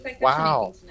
wow